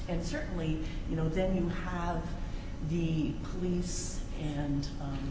and certainly you know that you have the police and